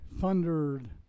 thundered